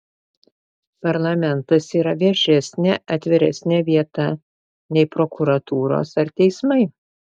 parlamentas yra viešesnė atviresnė vieta nei prokuratūros ar teismai